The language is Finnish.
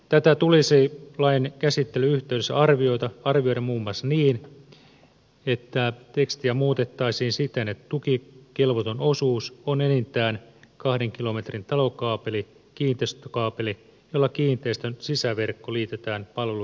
tätä tulisi lain käsittelyn yhteydessä arvioida muun muassa niin että tekstiä muutettaisiin siten että tukikelvoton osuus on enintään kahden kilometrin talokaapeli kiinteistökaapeli jolla kiinteistön sisäverkko liitetään palveluntarjoajan tietoliikenneverkkoon